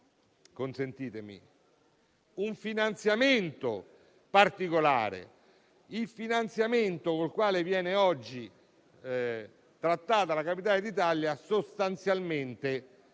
consentitemi, un finanziamento particolare, per il finanziamento con il quale viene oggi trattata, la capitale d'Italia sostanzialmente